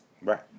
Right